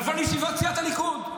לבוא לישיבת סיעת הליכוד.